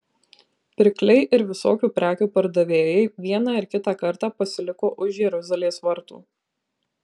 pirkliai ir visokių prekių pardavėjai vieną ir kitą kartą pasiliko už jeruzalės vartų